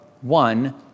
one